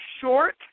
short